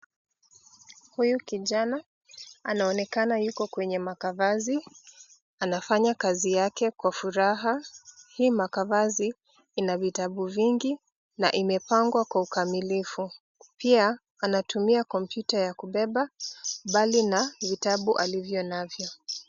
Huyu kijana anaonekana yuko kwenye makavazi anafanya kazi yake kwa furaha, hii makavazi ina vitabu vingi na imepangwa kwa ukamilifu. Pia anatumia kompyuta ya kubeba, mbali na vitabu alivyonavyo.